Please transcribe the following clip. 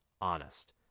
honest